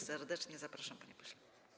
Serdecznie zapraszam, panie pośle.